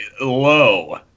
low